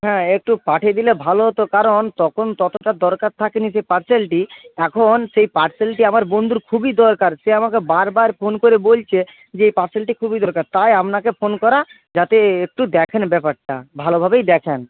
হ্যাঁ একটু পাঠিয়ে দিলে ভালো হতো কারণ তখন ততটা দরকার থাকেনি সে পার্সেলটি এখন সেই পার্সেলটি আমার বন্ধুর খুবই দরকার সে আমাকে বারবার ফোন করে বলছে যে এই পার্সেলটি খুবই দরকার তাই আপনাকে ফোন করা যাতে একটু দেখেন ব্যাপারটা ভালোভাবেই দেখেন